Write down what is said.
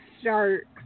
start